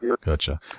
gotcha